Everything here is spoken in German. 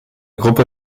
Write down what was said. gruppe